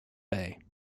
bay